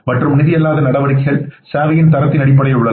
மற்றும் நிதி அல்லாத நடவடிக்கைகள் சேவையின் தரத்தின் அடிப்படையில் உள்ளன